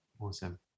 Awesome